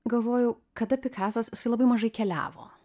galvojau kada pikasas jisai labai mažai keliavo